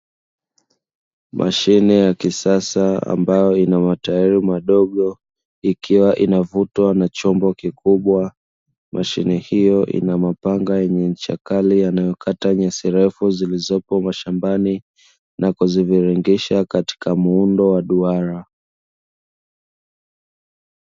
Mashine ya kisasa ambayo ina matairi madogo ikiwa inavutwa na chombo kikubwa mashine hiyo ina mapanga yenye cha kale yanayokata nyasi refu zilizopo mashambani na kuziviringisha katika muundo wa duara.